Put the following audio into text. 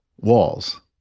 walls